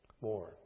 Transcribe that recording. More